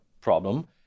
problem